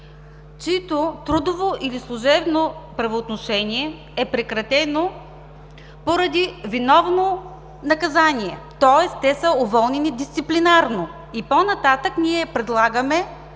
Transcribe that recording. чието трудово или служебно правоотношение е прекратено поради виновно поведение, наказание, тоест те са уволнени дисциплинарно. По-нататък ние предлагаме